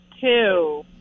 Two